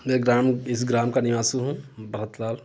मैं ग्राम इस ग्राम का निवासी हूँ भरतलाल